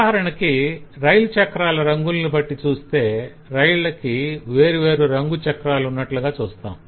ఉదాహరణకి రైలు చక్రాల రంగులను బట్టి చూస్తే రైళ్ళకి వేరువేరు రంగు చక్రాలున్నట్లుగా చూస్తాం